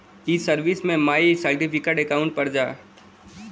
ई सर्विस में my certificate account पर जा